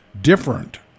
different